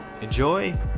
enjoy